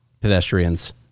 pedestrians